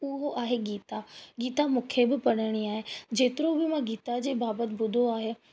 उहो आहे गीता गीता मूंखे बि पढ़िणी आहे जेतिरो बि मां गीता जे बाबति ॿुधो आहे